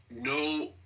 no